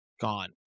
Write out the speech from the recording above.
gone